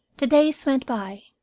the days went by,